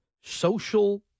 social